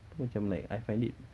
aku macam like I find it